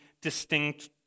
distinct